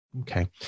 Okay